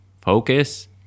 focus